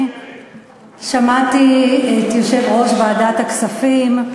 שמעתי את יושב-ראש ועדת הכספים,